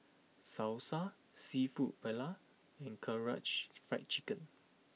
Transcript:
Salsa Seafood Paella and Karaage Fried Chicken